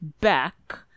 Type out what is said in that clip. back